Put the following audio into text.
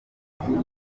nafashe